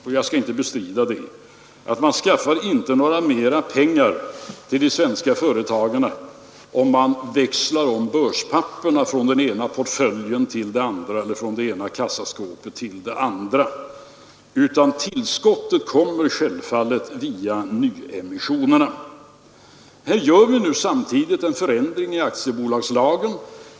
det skall jaginte bestrida.= anna a s a 5 24 maj 1973 att man inte skaffar mera pengar till svenska företag genom att växla I börspapper från den ena portföljen till den andra eller från det ena Allmänna pensionskassaskåpet till det andra, utan tillskottet kommer självfallet via fondens förvaltning, nyemissionerna. Här gör vi nu samtidigt en förändring i aktiebolagslagen, 71. .